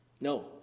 No